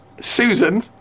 Susan